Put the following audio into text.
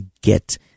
get